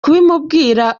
kubimubwira